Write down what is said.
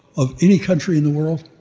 of any country in the world?